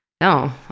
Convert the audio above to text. no